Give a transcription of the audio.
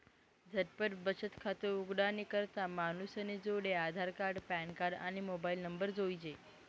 झटपट बचत खातं उघाडानी करता मानूसनी जोडे आधारकार्ड, पॅनकार्ड, आणि मोबाईल नंबर जोइजे